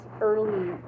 early